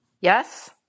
yes